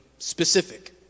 specific